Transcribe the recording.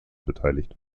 beteiligt